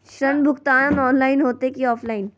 ऋण भुगतान ऑनलाइन होते की ऑफलाइन?